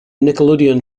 nickelodeon